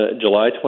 July